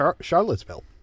Charlottesville